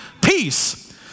peace